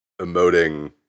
emoting